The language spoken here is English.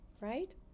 right